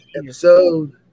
episode